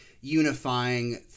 unifying